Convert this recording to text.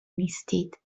نیستید